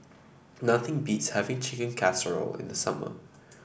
nothing beats having Chicken Casserole in the summer